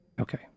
Okay